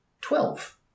Twelve